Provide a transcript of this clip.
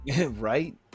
right